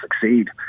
succeed